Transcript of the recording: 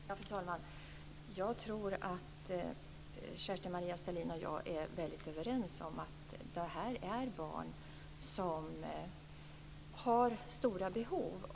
Fru talman! Jag tror att Kerstin-Maria Stalin och jag är väldigt överens om att det här är barn som har stora behov.